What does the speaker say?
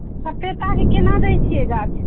सपेताके केना दै छियै गाछ